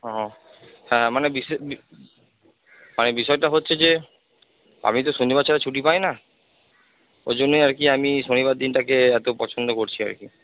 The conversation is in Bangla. ও হ্যাঁ মানে মানে বিষয়টা হচ্ছে যে আমি তো শনিবার ছাড়া ছুটি পাই না ওইজন্যই আর কি আমি শনিবার দিনটাকে এতো পছন্দ করছি আর কি